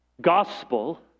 gospel